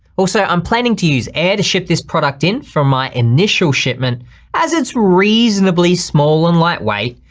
also, i'm planning to use air to ship this product in from my initial shipment as it's reasonably small and lightweight,